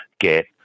get